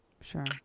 Sure